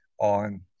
on